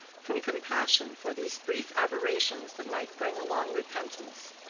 from compassion for these brief aberrations that might bring a long repentance.